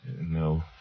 No